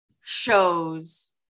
shows